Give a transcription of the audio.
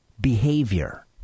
behavior